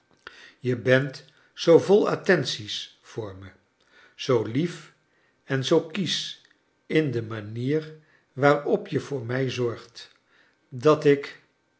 je bent zoo vol attenties voor me zoo lief en zoo kiesch in de manier waar op je voor mij zorgt dat ik